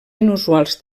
inusuals